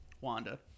Wanda